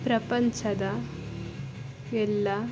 ಪ್ರಪಂಚದ ಎಲ್ಲ